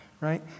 right